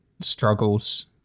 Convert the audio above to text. struggles